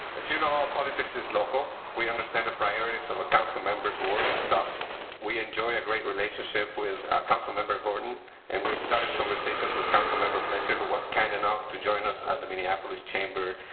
as you know all politics is local we understand the priorities of a council members will already stop we enjoy a great relationship with councilmember gordon and we've started conversations with councilmember fletcher who was kind enough to join us at the minneapolis chamber